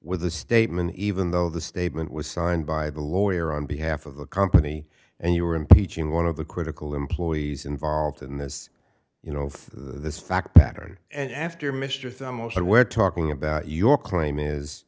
with the statement even though the statement was signed by the lawyer on behalf of the company and you were impeaching one of the critical employees involved in this you know of this fact pattern and after mr thommo said we're talking about your claim is